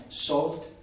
salt